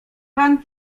pan